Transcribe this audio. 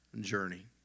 journey